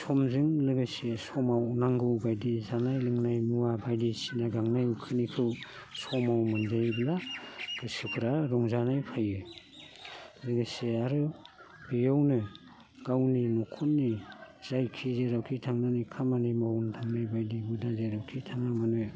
समजों लोगोसे समाव नांगौ बायदि जानाय लोंनाय मुवा बायदि सिना गांनाय उखैनायखौ समाव मोनजायोब्ला गोसोफ्रा रंजानाय फैयो लोगोसे आरो बेयावनो गावनि न'खरनि जायखि जेरावखि थांनानै खामानि मावनो थांनाय बादि जेरावखि थाङा मानो